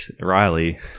Riley